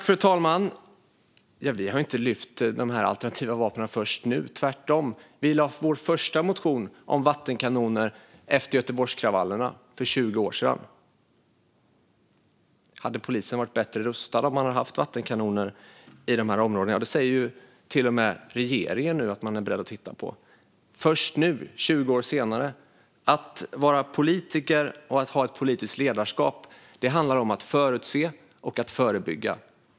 Fru talman! Vi har inte lyft de här alternativa vapnen först nu. Tvärtom lade vi vår första motion om vattenkanoner efter Göteborgskravallerna för 20 år sedan. Hade polisen varit bättre rustad om man hade haft vattenkanonerna? Ja, till och med regeringen säger ju nu att man är beredd att titta på det - först nu, 20 år senare. Att vara politiker och att ha ett politiskt ledarskap handlar om att förutse och att förebygga.